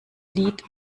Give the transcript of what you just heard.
lied